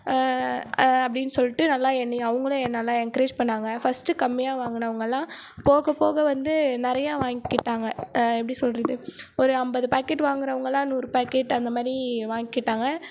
அப்படின்னு சொல்லிட்டு நல்லா என்னையும் அவங்களும் நல்லா என்னை என்கரேஜ் பண்ணிணாங்க ஃபர்ஸ்ட்டு கம்மியாக வாங்கினவங்கலாம் போகப் போக வந்து நிறைய வாங்கிட்டாங்க எப்படி சொல்வது ஒரு ஐம்பது பாக்கெட் வாங்குறவங்களா நூறு பாக்கெட் அந்த மாதிரி வாங்கிட்டாங்க